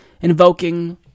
invoking